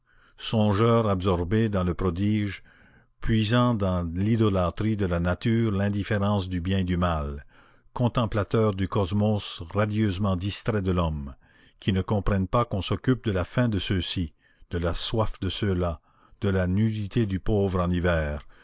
songeurs absorbés dans le prodige puisant dans l'idolâtrie de la nature l'indifférence du bien et du mal contemplateurs du cosmos radieusement distraits de l'homme qui ne comprennent pas qu'on s'occupe de la faim de ceux-ci de la soif de ceux-là de la nudité du pauvre en hiver